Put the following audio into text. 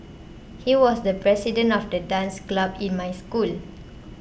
he was the president of the dance club in my school